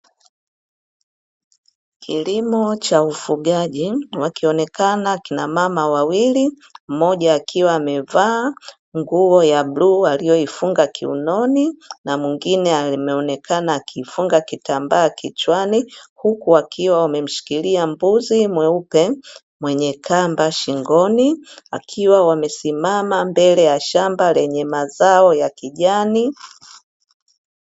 Kilimo cha ufugaji, wakionekana kina mama wawili, mmoja akiwa amevaa nguo ya bluu aliyoifunga kiunoni na mwingine ameonekana akifunga kitambaa kichwani huku wakiwa wamemshikilia mbuzi mweupe mwenye kamba shingoni, wakiwa wamesimama mbele ya shamba lenye mazao ya kijani.